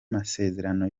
masezerano